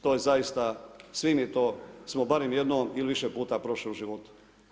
To je zaista, svi mi to smo barem jednom ili više puta prošli u životu.